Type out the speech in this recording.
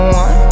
one